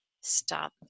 stop